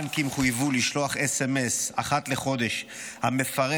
בנקים חויבו לשלוח סמ"ס אחת לחודש המפרט